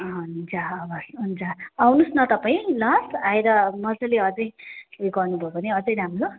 अँ हुन्छ हवस् हुन्छ आउनुहोस् न तपाईँ ल आएर मजाले अझै उयो गर्नुभयो भने अझै राम्रो